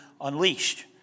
unleashed